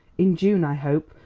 in june, i hope,